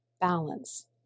balance